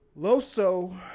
Loso